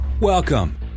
Welcome